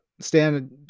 Stan